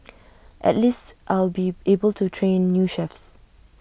at least I'll be able to train new chefs